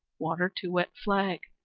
water to wet flag,